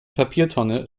papiertonne